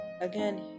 again